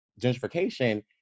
gentrification